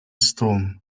storm